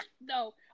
No